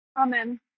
Amen